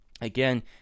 Again